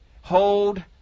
Hold